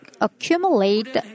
accumulate